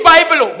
Bible